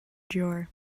drawer